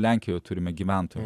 lenkijoje turime gyventojų